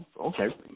Okay